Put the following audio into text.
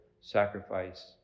sacrifice